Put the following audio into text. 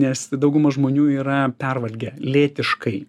nes dauguma žmonių yra pervargę lėtiškai